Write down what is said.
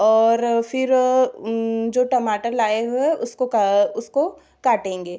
और फिर जो टमाटर लाए है उसको उसको काटेंगे